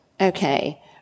Okay